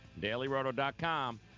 DailyRoto.com